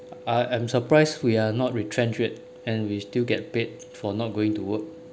I am surprised we are not retrenched yet and we still get paid for not going to work